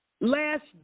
Last